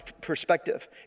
perspective